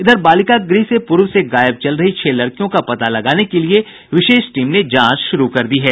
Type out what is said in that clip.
इधर बालिका गृह से पूर्व से गायब चल रही छह लड़कियों का पता लगाने के लिए विशेष टीम ने जांच शुरू कर दी है